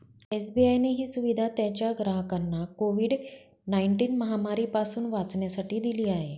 SBI ने ही सुविधा त्याच्या ग्राहकांना कोविड नाईनटिन महामारी पासून वाचण्यासाठी दिली आहे